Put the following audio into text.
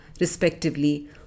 respectively